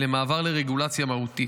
לרגולציה מהותית,